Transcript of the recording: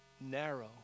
narrow